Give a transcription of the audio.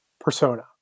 persona